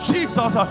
Jesus